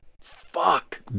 Fuck